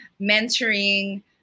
mentoring